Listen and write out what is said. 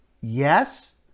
yes